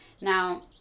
Now